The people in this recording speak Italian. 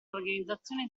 l’organizzazione